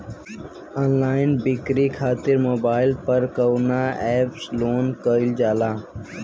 Online बिक्री खातिर mobile पर कवना एप्स लोन कईल जाला?